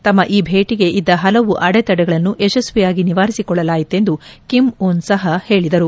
ತಮ್ಮ ಈ ಭೇಟಿಗೆ ಇದ್ದ ಹಲವು ಅಡೆ ತಡೆಗಳನ್ನು ಯಶಸ್ವಿಯಾಗಿ ನಿವಾರಿಸಿಕೊಳ್ಳಲಾಯಿತೆಂದು ಕಿಮ್ ಉನ್ ಸಹ ಹೇಳದರು